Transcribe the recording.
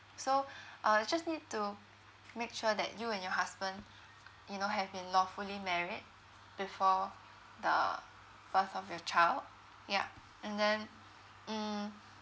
so uh I just need to make sure that you and your husband you know have been lawfully married before the birth of your child yup and then mm